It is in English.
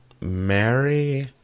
Mary